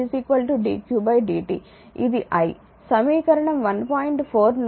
4 నుండి dw dq v